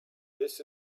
this